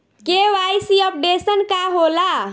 KYC updation का होला?